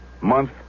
month